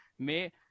Mais